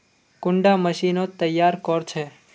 कुंडा मशीनोत तैयार कोर छै?